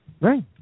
Right